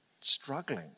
struggling